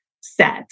set